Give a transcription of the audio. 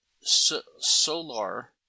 Solar